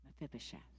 Mephibosheth